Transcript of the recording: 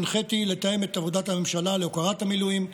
הונחיתי לתאם את עבודת הממשלה להוקרת המילואים.